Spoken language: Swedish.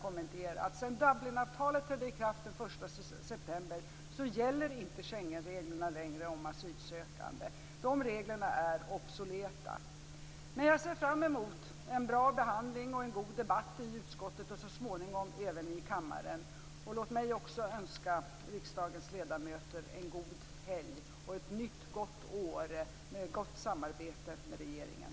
Sedan Dublinavtalet trädde i kraft den 1 september, gäller inte längre Schengenreglerna om asylsökande. De reglerna är obsoleta. Jag ser fram emot en bra behandling och en god debatt i utskottet och så småningom även i kammaren. Låt mig också önska riksdagens ledamöter en god helg och ett gott nytt år med gott samarbete med regeringen.